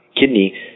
kidney